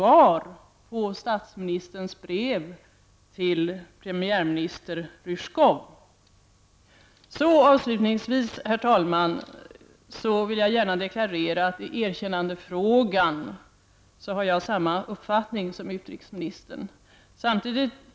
Avslutningsvis vill jag gärna deklarera att när det gäller erkännandefrågan delar jag utrikesministerns uppfattning.